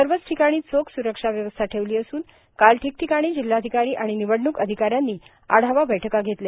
सर्वच ठिकाणी चोख स्रक्षा व्यवस्था ठेवली असून काल ठिकठिकाणी जिल्हाधिकारी आणि निवडणुक अधिकाऱ्यांनी आढावा बैठका घेतल्या